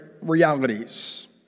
realities